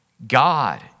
God